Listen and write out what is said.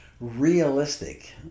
realistic